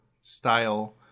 style